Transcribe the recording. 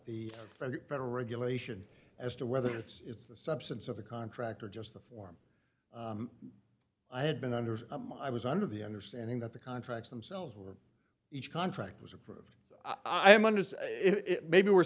the federal regulation as to whether it's the substance of the contract or just the form i had been under i was under the understanding that the contracts themselves were each contract was approved so i'm under it maybe we're